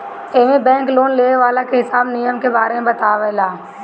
एमे bank loan लेवे वाला के सब नियम के बारे में बतावे ला